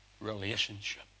Relationship